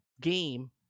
game